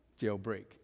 jailbreak